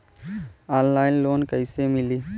Online loan कइसे मिली?